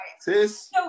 Sis